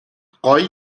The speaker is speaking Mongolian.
гоё